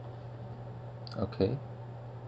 okay